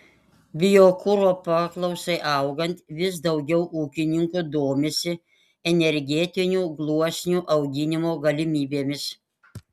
biokuro paklausai augant vis daugiau ūkininkų domisi energetinių gluosnių auginimo galimybėmis